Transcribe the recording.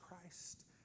Christ